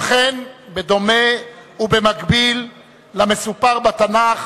אכן, בדומה ובמקביל למסופר בתנ"ך